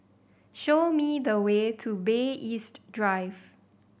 show me the way to Bay East Drive